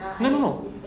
no no no